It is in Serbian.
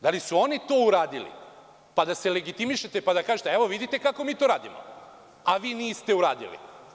Da li su oni to uradili, pa da se legitimišete, pa da kažete – evo, vidite kako mi to radimo, a vi niste uradili?